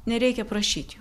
nereikia prašyt jų